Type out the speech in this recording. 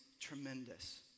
Tremendous